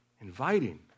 inviting